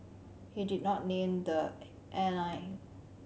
he did not the airline